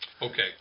Okay